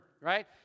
right